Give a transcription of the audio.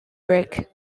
brick